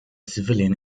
civilian